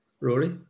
Rory